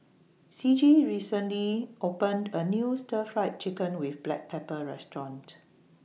Ciji recently opened A New Stir Fried Chicken with Black Pepper Restaurant